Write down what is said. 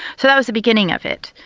so that was the beginning of it.